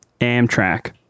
Amtrak